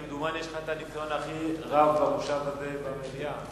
כמדומני, יש לך הניסיון הכי רב במושב הזה במליאה.